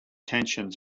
tensions